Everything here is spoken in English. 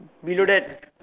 below that